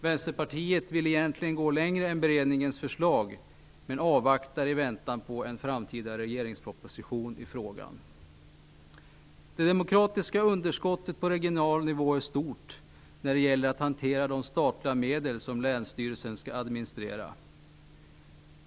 Vänsterpartiet vill egentligen gå längre än beredningens förslag, men vi avvaktar i väntan på en framtida regeringsproposition i frågan. Det demokratiska underskottet på regional nivå är stort när det gäller att hantera de statliga medel som länsstyrelsen skall administrera.